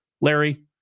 Larry